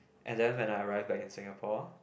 and then when I arrive back in Singapore